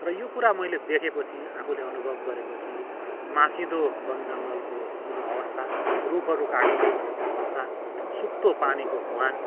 र यो कुरा मैले देखेपछि आफूले अनुभव गरेपछि मासिँदो वन जङ्गलको जुन अवस्था रुखहरू काटिँदै गरेको अवस्था सुक्दो पानीको मुहान